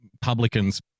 publicans